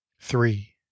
Three